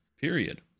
period